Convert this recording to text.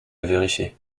vérifier